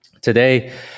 today